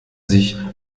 sich